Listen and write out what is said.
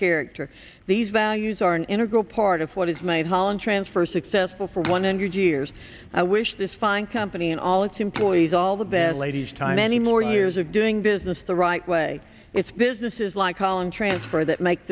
character these values are an integral part of what is made holland transfer successful for one hundred years i wish this fine company and all its employees all the best ladies time any more years of doing business the right way it's businesses like collin transfer that make